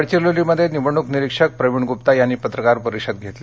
गडचिरोलीमध्ये निवडणुक निरीक्षक प्रवीण गृप्ता यांनी पत्रकार परिषद घेतली